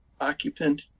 occupant